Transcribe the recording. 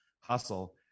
Hustle